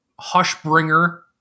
Hushbringer